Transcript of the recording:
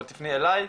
אבל תפני אליי.